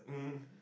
mmhmm